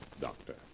Doctor